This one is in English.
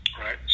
right